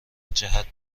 جهت